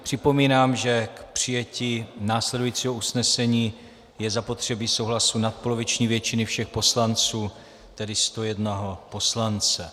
Připomínám, že k přijetí následujícího usnesení je zapotřebí souhlasu nadpoloviční většiny všech poslanců, tedy 101 poslance.